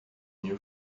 new